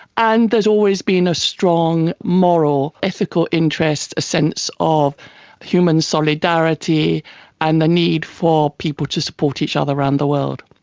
and there has always been a strong moral and ethical interest, a sense of human solidarity and the need for people to support each other around the world.